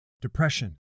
depression